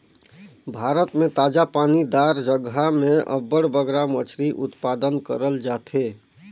भारत में ताजा पानी दार जगहा में अब्बड़ बगरा मछरी उत्पादन करल जाथे